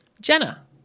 Jenna